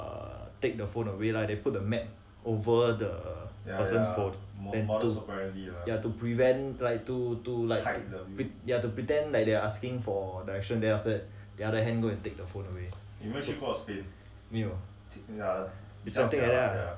err take the phone away lah they put the map over the person phone ya to prevent like to to like to pretend like they're asking for direction then after that the other hand go and take the phone away 没有 is so